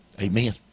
Amen